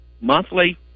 monthly